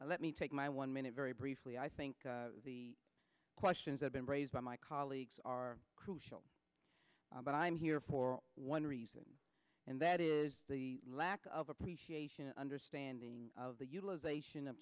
let me take my one minute very briefly i think the questions i've been raised by my colleagues are crucial but i'm here for one reason and that is the lack of appreciation and understanding of the utilization of